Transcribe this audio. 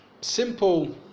simple